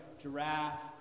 giraffe